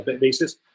basis